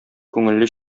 күңелле